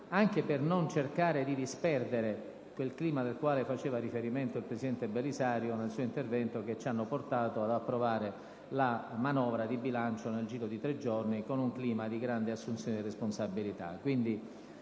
anche per cercare di non disperdere il clima al quale faceva riferimento il presidente Belisario nel suo intervento, che ci ha portato ad approvare la manovra di bilancio nel giro di tre giorni, in un clima di grande assunzione di responsabilità,